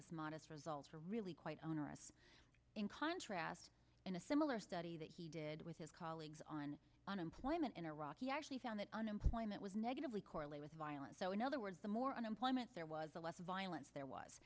a modest result are really quite onerous in contrast in a similar study that he did with his colleagues on unemployment in iraq he actually found that unemployment was negatively correlate with violence so in other words the more unemployment there was the less violence there was